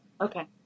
Okay